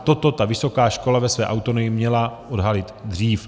Toto ta vysoká škola ve své autonomii měla odhalit dřív.